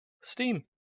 Steam